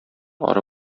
ары